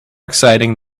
exciting